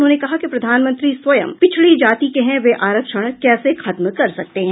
उन्होंने कहा कि प्रधानमंत्री स्वयं पिछड़ी जाति के हैं वे आरक्षण कैसे खत्म कर सकते हैं